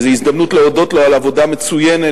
זאת הזדמנות להודות לו על עבודה מצוינת